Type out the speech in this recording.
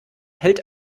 hält